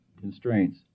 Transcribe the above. constraints